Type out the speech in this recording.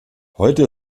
heute